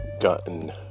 gotten